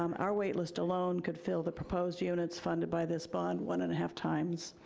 um our waitlist alone could fill the proposed units funded by this bond one-and-a-half times.